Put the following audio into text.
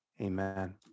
Amen